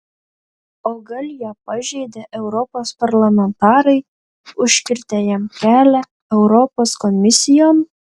o gal ją pažeidė europos parlamentarai užkirtę jam kelią europos komisijon